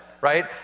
Right